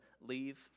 leave